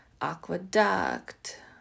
aqueduct